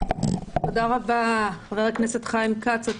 תודה רבה חבר הכנסת חיים כץ.